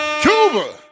Cuba